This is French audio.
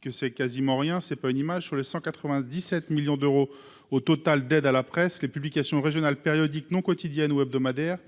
que c'est quasiment rien, c'est pas une image sur les 197 millions d'euros au total d'aides à la presse les publications régionales périodiques non quotidienne ou hebdomadaire